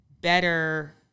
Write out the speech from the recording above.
better